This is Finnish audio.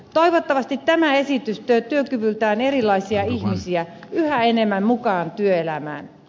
toivottavasti tämä esitys tuo työkyvyltään erilaisia ihmisiä yhä enemmän mukaan työelämään